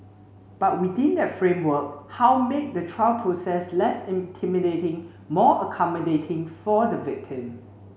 but within that framework how make the trial process less intimidating more accommodating for the victim